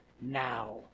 now